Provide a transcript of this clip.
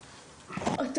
זה.